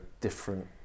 different